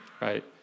right